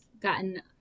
gotten